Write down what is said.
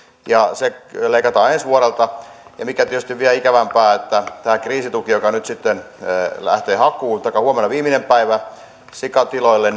ja se leikataan ensi vuodelta mikä tietysti vielä ikävämpää tämän kriisituen joka nyt sitten lähtee hakuun taikka huomenna on viimeinen päivä sikatiloille